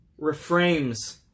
reframes